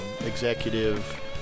executive